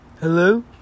Hello